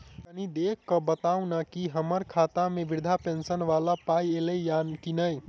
कनि देख कऽ बताऊ न की हम्मर खाता मे वृद्धा पेंशन वला पाई ऐलई आ की नहि?